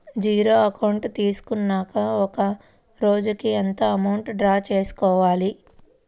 Zero account తీసుకున్నాక ఒక రోజుకి ఎంత అమౌంట్ డ్రా చేసుకోవాలి?